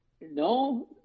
no